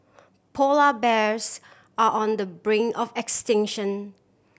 polar bears are on the brink of extinction